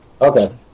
Okay